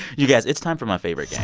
you guys, it's time for my favorite yeah